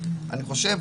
אני חושב,